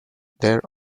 there